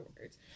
words